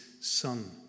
son